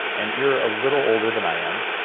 and you're a little older than i am,